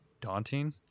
daunting